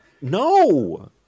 no